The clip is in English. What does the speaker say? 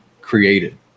created